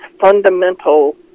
fundamental